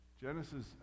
Genesis